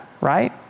right